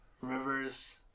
Rivers